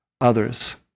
others